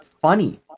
funny